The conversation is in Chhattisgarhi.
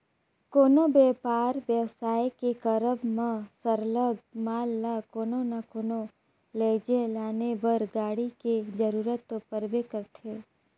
कोनो बयपार बेवसाय के करब म सरलग माल ल कोनो ना कोनो लइजे लाने बर गाड़ी के जरूरत तो परबे करथे